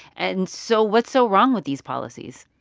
and so what's so wrong with these policies?